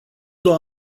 două